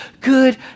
good